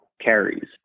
carries